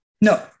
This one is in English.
No